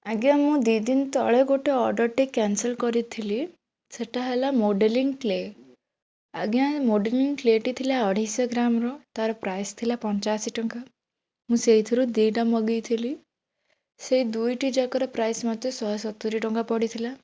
ଆଜ୍ଞା ମୁଁ ଦୁଇ ଦିନ ତଳେ ଗୋଟେ ଅର୍ଡ଼ର୍ଟେ କ୍ୟାନ୍ସେଲ୍ କରିଥିଲି ସେଇଟା ହେଲା ମଡ଼େଲିଙ୍ଗ୍ କ୍ଲେ' ଆଜ୍ଞା ଏ ମଡ଼େଲିଙ୍ଗ୍ କ୍ଲେ'ଟି ଥିଲା ଅଢ଼େଇଶ ଗ୍ରାମ୍ର ତା'ର ପ୍ରାଇସ୍ ଥିଲା ପଞ୍ଚାଅଶୀ ଟଙ୍କା ମୁଁ ସେଥିରୁ ଦୁଇଟା ମଗେଇଥିଲି ସେ ଦୁଇଟି ଯାକର ପ୍ରାଇସ୍ ମାତ୍ର ଶହେ ସତୁରି ଟଙ୍କା ପଡ଼ିଥିଲା